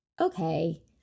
Okay